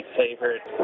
favorite